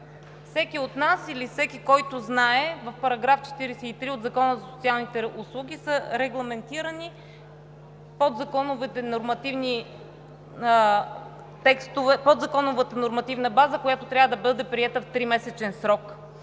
Всеки от нас или всеки, който знае, в § 43 от Закона за социалните услуги е регламентирана подзаконовата нормативна база, която трябва да бъде приета в тримесечен срок.